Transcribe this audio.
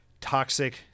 toxic